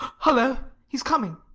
hullo! he's coming.